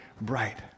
bright